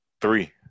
three